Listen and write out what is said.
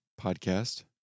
podcast